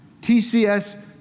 TCS